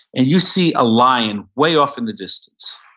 and you see a lion way off in the distance.